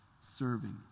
serving